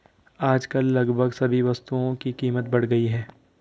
आजकल लगभग सभी वस्तुओं की कीमत बढ़ गई है